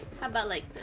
how about like